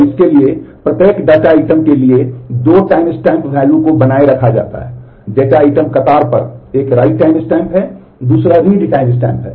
और इसके लिए प्रत्येक डेटा आइटम के लिए दो टाइमस्टैम्प मूल्यों को बनाए रखा जाता है डेटा आइटम कतार पर एक write टाइम स्टैम्प है दूसरा read टाइमस्टैम्प है